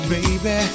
Baby